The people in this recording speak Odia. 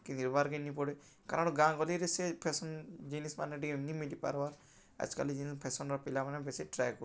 କିନ୍ଦ୍ରିବାର୍କେ ନି ପଡ଼େ କାରଣ୍ ଗାଁ ଗଅଁଲିରେ ସେ ଫେସନ୍ ଜିନିଷ୍ମାନେ ଟିକେ ନି ମିଲି ପାର୍ବାର୍ ଆଏଜ୍ କାଲି ଯେନ୍ ଫେସନ୍ର ପିଲାମାନେ ଟିକେ ଟ୍ରାଏ କରୁଛନ୍